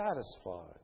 satisfied